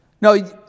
no